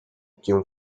quien